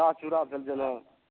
दही चूरा भेल जेना